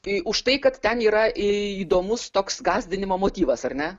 tai už tai kad ten yra įdomus toks gąsdinimo motyvas ar ne